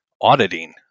auditing